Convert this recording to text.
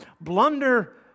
Blunder